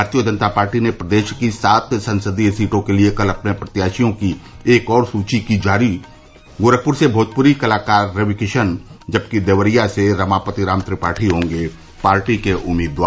भारतीय जनता पार्टी ने प्रदेश की सात संसदीय सीटों के लिये कल अपने प्रत्याशियों की एक और सुची की जारी गोरखप्र से भोजप्री कलाकार रविकिशन जबकि देवरिया से रमापति राम त्रिपाठी होंगे पार्टी के उम्मीदवार